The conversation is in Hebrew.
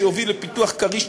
שיוביל לפיתוח "כריש",